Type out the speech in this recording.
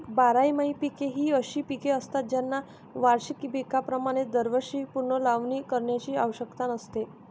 बारमाही पिके ही अशी पिके असतात ज्यांना वार्षिक पिकांप्रमाणे दरवर्षी पुनर्लावणी करण्याची आवश्यकता नसते